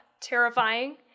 terrifying